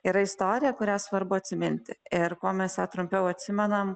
yra istorija kurią svarbu atsiminti ir kuo mes ją trumpiau atsimenam